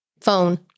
phone